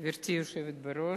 גברתי היושבת בראש,